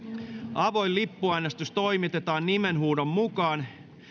avoin lippuäänestys toimitetaan nimenhuudon mukaan